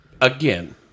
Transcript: Again